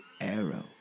arrow